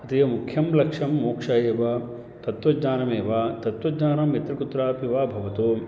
अतीव मुख्यं लक्ष्यं मोक्षः एव तत्वज्ञानमेव तत्वज्ञानं यत्र कुत्रापि वा भवतु